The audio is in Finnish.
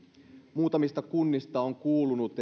muutamista kunnista on kuulunut